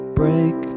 break